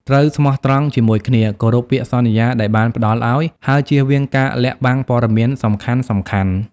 ត្រូវស្មោះត្រង់ ជាមួយគ្នា គោរពពាក្យសន្យាដែលបានផ្តល់ឱ្យ ហើយជៀសវាងការលាក់បាំងព័ត៌មានសំខាន់ៗ។